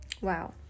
wow